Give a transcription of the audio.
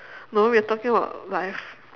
no we are talking about life